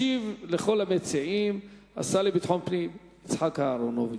ישיב לכל המציעים השר לביטחון הפנים יצחק אהרונוביץ.